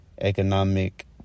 economic